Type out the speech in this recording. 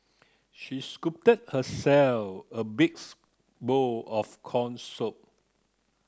she scooped herself a big bowl of corn soup